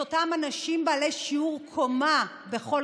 את אותם אנשים בעלי שיעור קומה בכל